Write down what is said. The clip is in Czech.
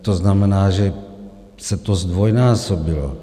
To znamená, že se to zdvojnásobilo.